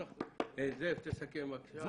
זאב, תסכם בבקשה.